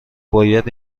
باید